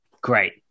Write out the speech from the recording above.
Great